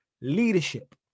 leadership